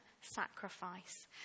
sacrifice